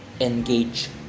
engage